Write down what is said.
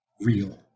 real